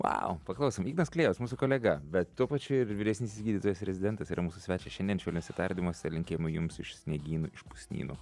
vau paklausom ignas klėjus mūsų kolega bet tuo pačiu ir vyresnysis gydytojas rezidentas yra mūsų svečias šiandien švelniuose tardymuose linkėjimų jums iš sniegynų iš pusnynų